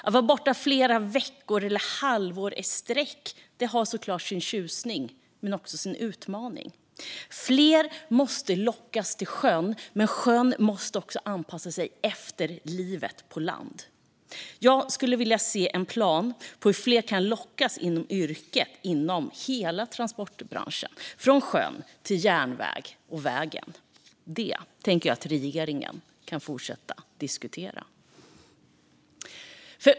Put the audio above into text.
Att vara borta flera veckor eller ett halvår i sträck har sin tjusning men är också en utmaning. Fler måste lockas till sjön, men sjön måste även anpassas efter livet på land. Jag skulle vilja se en plan för hur fler kan lockas till yrken inom transportbranschen, från sjön till järnvägen och vägen. Det tänker jag att regeringen kan fortsätta diskutera.